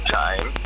time